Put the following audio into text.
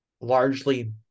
largely